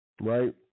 right